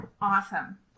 Awesome